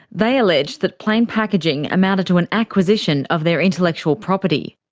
they allege that plain packaging amounted to an acquisition of their intellectual property.